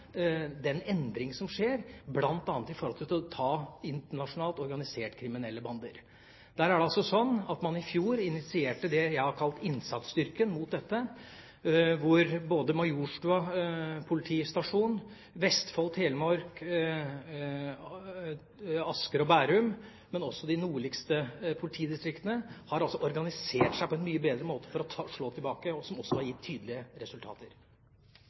den endring som skjer bl.a. for å ta internasjonalt organiserte kriminelle bander. Det er altså slik at man i fjor initierte det jeg har kalt innsatsstyrken mot dette, og både Majorstuen politistasjon og Vestfold, Telemark og Asker og Bærum politidistrikter, men også de nordligste politidistriktene, har organisert seg på en mye bedre måte for å slå tilbake, som også har gitt tydelige resultater.